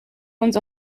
uns